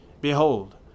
Behold